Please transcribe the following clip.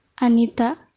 Anita